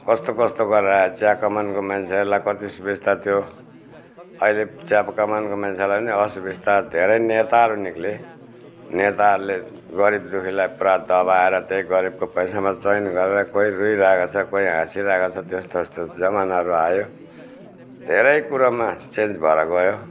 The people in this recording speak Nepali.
कस्तो कस्तो गरेर आए चिया कमानको मान्छेहरूलाई कति सुविस्ता थियो अहिले चिया कमानको मान्छेलाई पनि असुविस्ता धेरै नेताहरू निक्ले नेताहरूले गरिब दु खीलाई पुरा दबाएर त्यही गरिबको पैसामा चयन गरेर कोही रोइरहेको छ कोही हाँसिरहेकोछ त्यस त्यस्तो जमानाहरू आयो धेरै कुरोमा चेन्ज भएर गयो